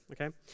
okay